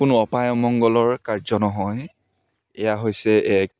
কোনো অপায় অমংগলৰ কাৰ্য নহয় এইয়া হৈছে এক